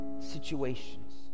situations